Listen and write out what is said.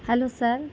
hello sir